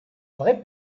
vraie